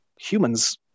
humans